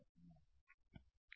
విద్యార్థి అంటే